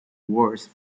worse